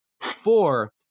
four